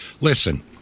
listen